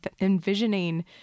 envisioning